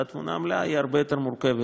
והתמונה המלאה היא הרבה יותר מורכבת,